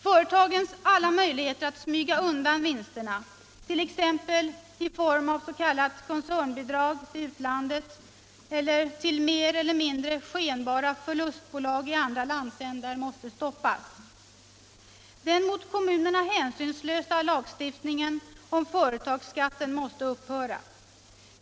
Företagens alla möjligheter att smyga undan vinsterna, t.ex. i form av s.k. koncernbidrag till utlandet eller till mer eller mindre skenbara förlustbolag i andra landsändar, måste stoppas. Den mot kommunerna hänsynslösa lagstiftningen om företagsskatten måste upphöra.